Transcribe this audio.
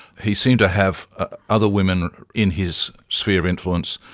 he seemed to have ah other women in his sphere of influence.